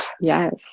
Yes